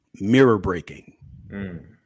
mirror-breaking